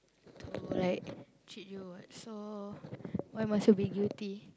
to like treat you what so why must you be guilty